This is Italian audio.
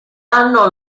anno